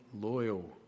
loyal